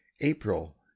April